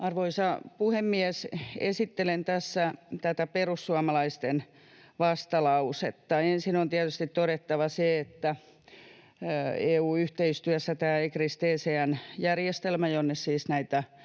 Arvoisa puhemies! Esittelen tässä perussuomalaisten vastalausetta. Ensin on tietysti todettava se, että EU-yhteistyössä tämä ECRIS-TCN-järjestelmä, jonne siis